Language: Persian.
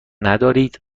ندارید